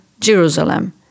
Jerusalem